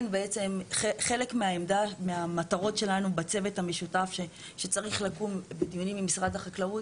חלק מהמטרות שלנו בצוות המשותף שצריך לקום בדיונים עם משרד החקלאות,